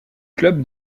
club